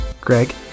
Greg